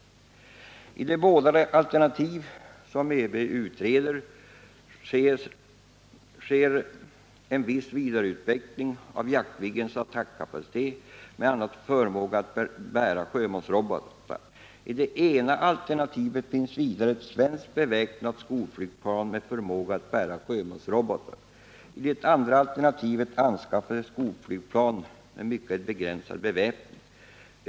I de båda alternativ, som ÖB utreder, sker en viss vidareutveckling av Jaktviggens attackkapacitet med bl.a. förmåga att bära sjömålsrobotar. I det ena alternativet finns vidare ett svenskt beväpnat skolflygplan med förmåga att bära sjömålsrobotar. I det andra alternativet anskaffas ett skolflygplan med mycket begränsad beväpning.